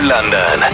London